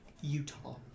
Utah